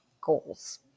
goals